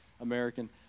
American